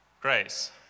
grace